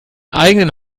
eigenen